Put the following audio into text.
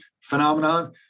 phenomenon